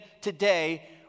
today